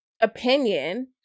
opinion